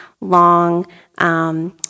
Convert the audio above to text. long